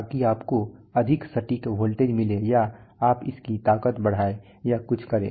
ताकि आपको अधिक सटीक वोल्टेज मिले या आप इसकी ताकत बढ़ाएं या कुछ करें